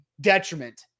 detriment